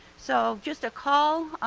so just a call,